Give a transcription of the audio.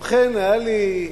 ובכן, היה לי,